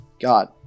god